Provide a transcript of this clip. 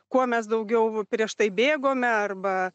kuo mes daugiau prieš tai bėgome arba